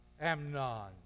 Amnon